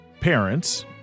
parents